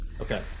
Okay